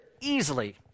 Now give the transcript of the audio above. easily